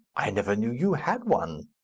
i never knew you had one.